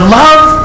love